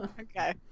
Okay